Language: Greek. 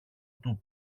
του